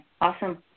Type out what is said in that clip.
Awesome